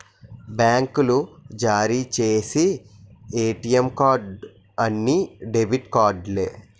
బ్యాంకులు జారీ చేసి ఏటీఎం కార్డు అన్ని డెబిట్ కార్డులే